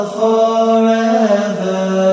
forever